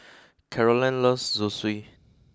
Carolann loves Zosui